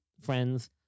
friends